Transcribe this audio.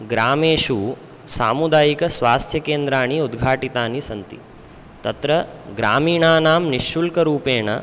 ग्रामेषु सामुदायिकस्वास्थ्यकेन्द्राणि उद्घाटितानि सन्ति तत्र ग्रामीणानां निःशुल्करूपेण